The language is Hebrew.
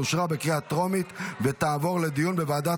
אושרה בקריאה טרומית ותעבור לדיון בוועדת